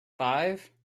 five